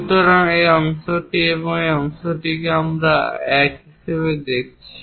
সুতরাং এই অংশটি এবং এই অংশটিকে আমরা এক হিসাবে দেখছি